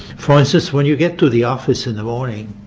for instance, when you get to the office in the morning,